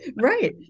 Right